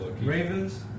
Raven's